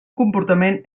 comportament